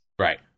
Right